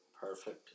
Perfect